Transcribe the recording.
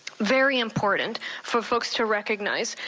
very important for folks to recognize,